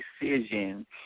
decision